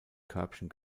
körbchen